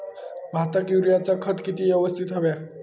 भाताक युरियाचा खत किती यवस्तित हव्या?